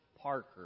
Parker